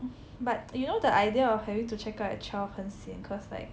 but you know the idea of having to check out at twelve 很 sian cause like